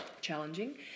challenging